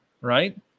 right